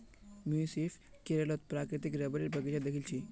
मुई सिर्फ केरलत प्राकृतिक रबरेर बगीचा दखिल छि